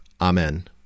Amen